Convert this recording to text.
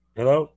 Hello